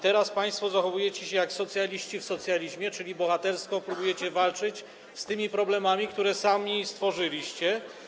Teraz państwo zachowujecie się jak socjaliści w socjalizmie, czyli bohatersko próbujecie walczyć z tymi problemami, które sami stworzyliście.